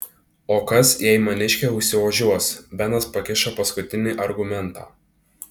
o kas jei maniškė užsiožiuos benas pakišo paskutinį argumentą